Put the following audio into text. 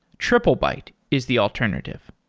triplebyte is the alternative.